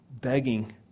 begging